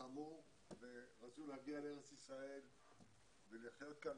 שלחמו ורצו להגיע לארץ ישראל ולחיות כאן,